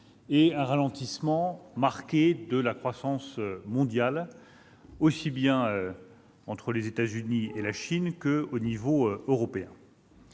et un ralentissement prononcé de la croissance mondiale, aussi bien aux États-Unis et en Chine qu'au niveau européen.